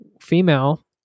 female